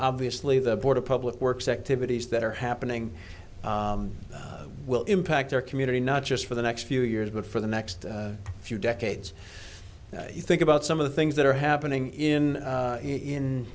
obviously the board of public works activities that are happening will impact their community not just for the next few years but for the next few decades you think about some of the things that are happening in